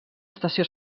estació